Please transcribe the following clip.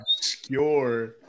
obscure